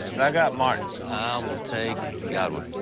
i got martin. ah i will take godwin.